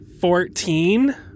Fourteen